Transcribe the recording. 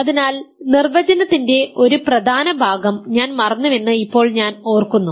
അതിനാൽ നിർവചനത്തിന്റെ ഒരു പ്രധാന ഭാഗം ഞാൻ മറന്നുവെന്ന് ഇപ്പോൾ ഞാൻ ഓർക്കുന്നു